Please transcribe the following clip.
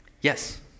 Yes